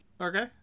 Okay